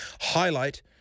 highlight